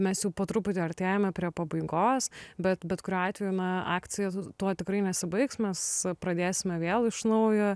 mes jau po truputį artėjame prie pabaigos bet bet kuriuo atveju akcija tuo tikrai nesibaigs mes pradėsime vėl iš naujo